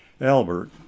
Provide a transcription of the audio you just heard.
albert